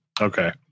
Okay